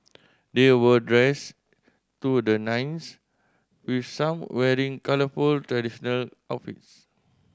they were dressed to the nines with some wearing colourful traditional outfits